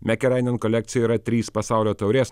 mekerainėn kolekcijoj yra trys pasaulio taurės